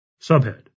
Subhead